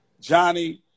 Johnny